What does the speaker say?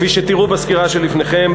כפי שתראו בסקירה שלפניכם,